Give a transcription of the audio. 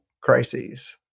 crises